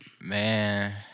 Man